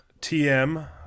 TM